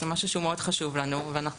זה משהו שהוא מאוד חשוב לנו ואנחנו